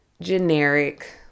generic